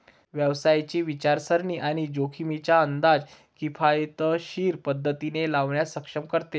व्यवसायाची विचारसरणी आणि जोखमींचा अंदाज किफायतशीर पद्धतीने लावण्यास सक्षम करते